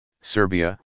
Serbia